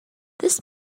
this